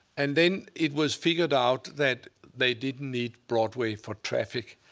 and then it was figured out that they didn't need broadway for traffic.